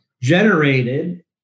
generated